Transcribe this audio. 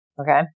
Okay